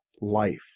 life